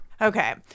Okay